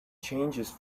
changes